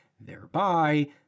thereby